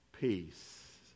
peace